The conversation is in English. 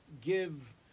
give